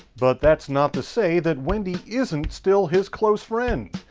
but that's not to say that wendy isn't still his close friend.